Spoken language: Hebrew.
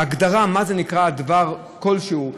ההגדרה מה זה נקרא דבר כלשהו,